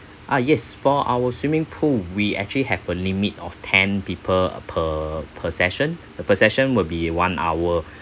ah yes for our swimming pool we actually have a limit of ten people per per session the per session will be one hour